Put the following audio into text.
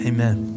Amen